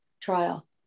trial